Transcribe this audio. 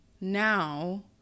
now